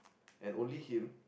and only him